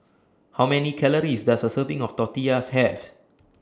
How Many Calories Does A Serving of Tortillas Have